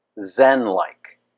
zen-like